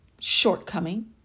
shortcoming